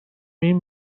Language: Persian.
این